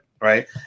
Right